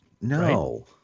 No